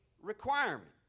requirement